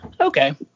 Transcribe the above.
Okay